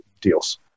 deals